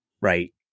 Right